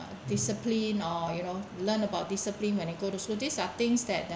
uh discipline or you know learn about discipline when they go to school these are things that they